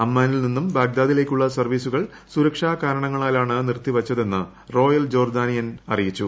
അമ്മാനിൽ നിന്ന് ബാഗ്ദാദിലേക്കുള്ള സർവീസുകൾ സുരക്ഷാ കാരണങ്ങളാലാണ് നിർത്തിവച്ചതെന്ന് റോയൽ ജോർദ്ദാനിയൻ അറിയിച്ചു